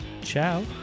ciao